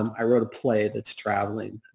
i wrote a play that's traveling.